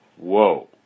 whoa